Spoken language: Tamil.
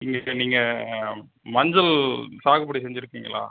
இங்குட்டு நீங்கள் மஞ்சள் சாகுபடி செய்துருக்கீங்களா